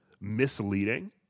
misleading